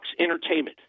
Entertainment